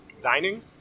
dining